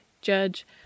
judge